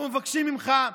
אנחנו מבקשים ממך,